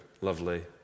Lovely